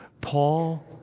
Paul